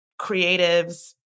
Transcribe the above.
creatives